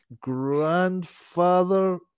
grandfather